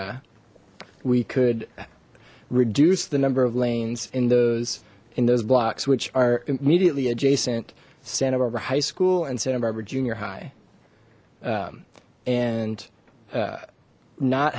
llegar we could reduce the number of lanes in those in those blocks which are immediately adjacent santa barbara high school and santa barbara junior high and